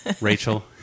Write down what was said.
Rachel